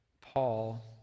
Paul